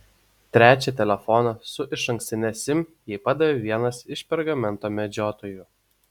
trečią telefoną su išankstine sim jai padavė vienas iš pergamento medžiotojų